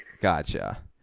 Gotcha